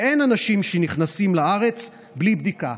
ואין אנשים שנכנסים לארץ בלי בדיקה.